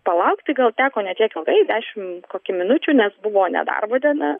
palaukti gal teko ne tiek ilgai dešim kokį minučių nes buvo nedarbo diena